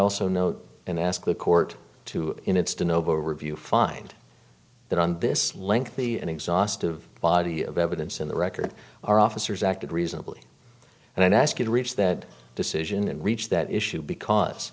also note and ask the court to in its de novo review find that on this lengthy and exhaustive body of evidence in the record our officers acted reasonably and i'd ask you to reach that decision and reach that issue because